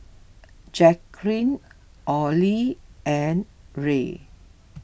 Jacquline Olie and Rae